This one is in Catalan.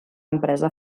empresa